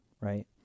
right